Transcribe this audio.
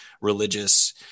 religious